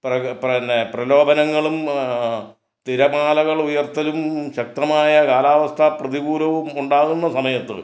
പ്രഖ പിന്നെ പ്രലോപനങ്ങളും തിരമാലകൾ ഉയർത്തലും ശക്തമായ കാലാവസ്ഥ പ്രതികൂലവും ഉണ്ടാകുന്ന സമയത്ത്